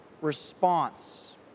response